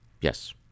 yes